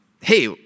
hey